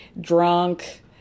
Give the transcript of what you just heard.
drunk